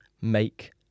make